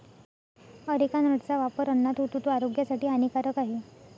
areca नटचा वापर अन्नात होतो, तो आरोग्यासाठी हानिकारक आहे